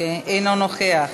אינו נוכח,